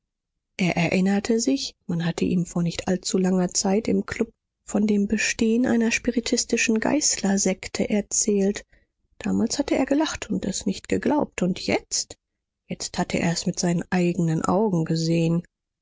er erinnerte sich man hatte ihm vor nicht allzu langer zeit im klub von dem bestehen einer spiritistischen geißlersekte erzählt damals hatte er gelacht und es nicht geglaubt und jetzt jetzt hatte er es mit seinen eigenen augen gesehen